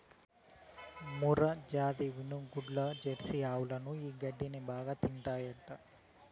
మూర్రాజాతి వినుగోడ్లు, జెర్సీ ఆవులు ఈ గడ్డిని బాగా తింటాయి